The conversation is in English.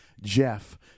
Jeff